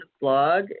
blog